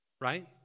right